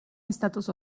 estatus